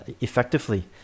effectively